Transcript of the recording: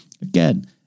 Again